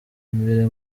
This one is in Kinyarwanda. imbere